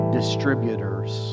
distributors